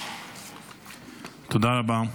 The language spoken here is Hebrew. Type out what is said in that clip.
תודה רבה.